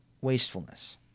wastefulness